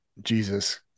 Jesus